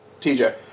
TJ